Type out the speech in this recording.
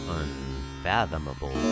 unfathomable